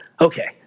Okay